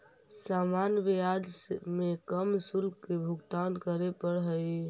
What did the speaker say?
सामान्य ब्याज में कम शुल्क के भुगतान करे पड़ऽ हई